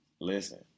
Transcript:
listen